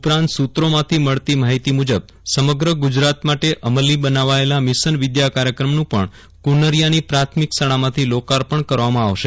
ઉપરાંત સુત્રોમાંથી મળતી માહિતી મુજબ સમગ્ર ગુજરાત માટે અમલી બનાવાયેલા મિશન વિદ્યા કાર્યક્રમનું પણ કુનરિયાની પ્રાથમિક શાળા માંથી લોકાર્પણ કરવામાં આવશે